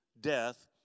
death